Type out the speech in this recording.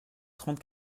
trente